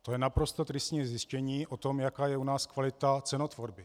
To je naprosto tristní zjištění o tom, jaká je u nás kvalita cenotvorby.